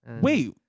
wait